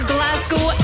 Glasgow